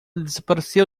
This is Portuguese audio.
desapareceu